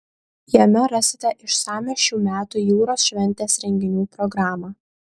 jame rasite išsamią šių metų jūros šventės renginių programą